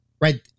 right